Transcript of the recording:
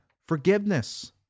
Forgiveness